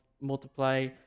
multiply